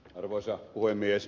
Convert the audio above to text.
arvoisa puhemies